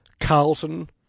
Carlton